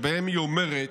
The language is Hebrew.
שהיא אומרת: